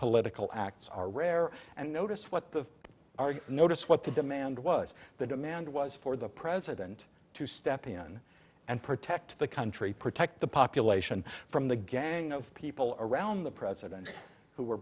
political acts are rare and notice what the are you notice what the demand was the demand was for the president to step in and protect the country protect the population from the gang of people around the president who were